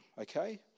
okay